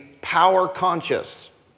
power-conscious